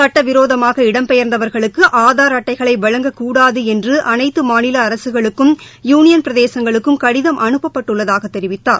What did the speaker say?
சட்டவிரோதமாக இடம்பெயர்ந்தவர்களுக்கு ஆதார் அட்டைகளை வழங்கக்கூடாது என்று அனைத்து மாநில அரக்களுக்கும் மற்றும் யூனியள் பிரதேசங்களுக்கும் கடிதம் அனுப்பப்பட்டுள்ளதாகத் தெரிவித்தார்